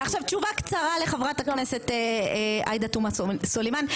תשובה קצרה לחברת הכנסת עאידה תומא סלימאן.